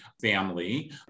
family